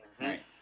Right